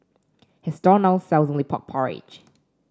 his stall now sells only pork porridge